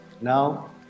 Now